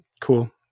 cool